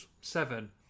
Seven